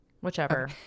whichever